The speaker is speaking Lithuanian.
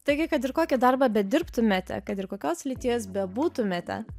taigi kad ir kokį darbą bedirbtumėte kad ir kokios lyties bebūtumėte